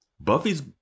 buffy's